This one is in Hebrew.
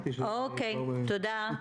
תודה.